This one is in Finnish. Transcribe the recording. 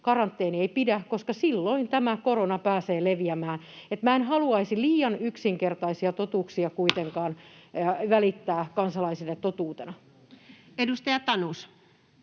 karanteeni ei pidä, koska silloin tämä korona pääsee leviämään. Minä en haluaisi liian yksinkertaisia totuuksia kuitenkaan välittää kansalaisille totuutena. [Speech 33]